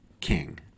king